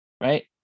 right